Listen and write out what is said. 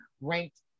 ranked